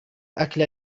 أكل